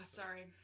sorry